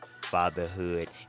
Fatherhood